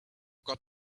got